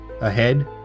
Ahead